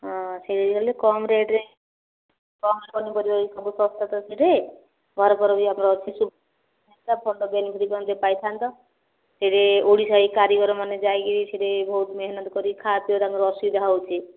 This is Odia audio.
ହଁ ସେଇଠି ଗଲେ କମ୍ ରେଟ୍ରେ କମ୍ ପନିପରିବା ସବୁ ଶସ୍ତା ଶସ୍ତିରେ ଘରଫର ବି ଆମର ଅଛି ଭଲ ବେନିଫିଟ୍ ମଧ୍ୟ ପାଇଥାନ୍ତି ସେଠି ଓଡ଼ିଶା ହେଇ କାରିଗରମାନେ ଯାଇକିରି ସେଠ ବହୁତ ମେହନତ୍ କରି ଖାଆପିଇ ତାଙ୍କର ଅସୁବିଧା ହେଉଛି